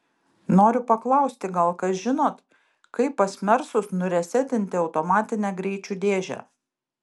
noriu paklausti gal kas žinot kaip pas mersus nuresetinti automatinę greičių dėžę